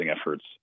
efforts